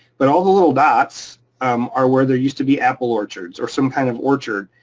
but all the little dots um are where there used to be apple orchards or some kind of orchard,